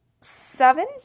seven